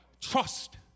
Trust